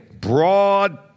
broad